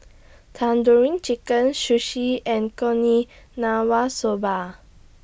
Tandoori Chicken Sushi and Soba